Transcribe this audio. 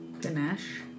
Ganesh